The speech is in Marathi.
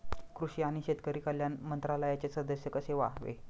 कृषी आणि शेतकरी कल्याण मंत्रालयाचे सदस्य कसे व्हावे?